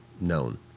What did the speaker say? known